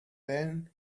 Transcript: then